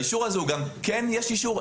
האישור הזה הוא גם - כן יש אישור,